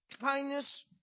kindness